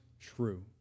true